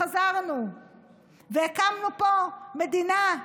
חזרנו והקמנו פה מדינה.